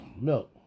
Milk